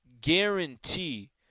guarantee